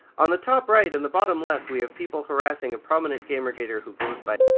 on the top right and the bottom left we have people harassing a prominent gamergater who goes by